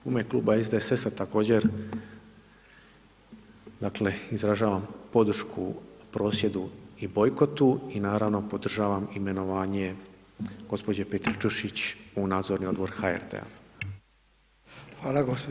U ime kluba SDSS-a također dakle izražavam podršku prosvjedu i bojkotu i naravno podržavam imenovanje gđe. Petričušić u Nadzorni odbor HRT-a.